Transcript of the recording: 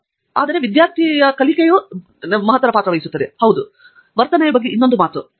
ಫಣಿಕುಮಾರ್ ಹೌದು ವರ್ತನೆಯ ಬಗ್ಗೆ ಒಂದು ಮಾತು